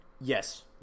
Yes